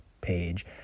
page